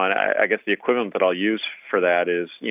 i guess the equivalent that i'll use for that is,